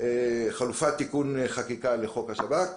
חלופת תיקון חקיקה לחוק השב"כ,